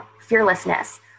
fearlessness